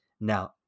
Now